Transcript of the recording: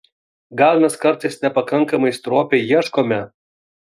gal mes kartais nepakankamai stropiai ieškome